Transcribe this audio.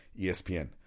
ESPN